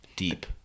deep